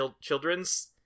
children's